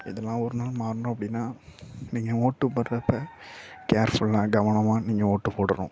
இதெல்லாம் ஒரு நாள் மாறணும் அப்படினா நீங்கள் ஓட்டுப்போடுகிறப்ப கேர்ஃபுல்லாக கவனமாக நீங்கள் ஓட்டுப்போடணும்